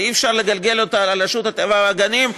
ואי-אפשר לגלגל אותה על רשות הטבע והגנים,